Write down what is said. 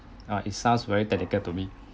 oh it sounds very technical to me